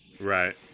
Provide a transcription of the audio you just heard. Right